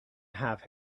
have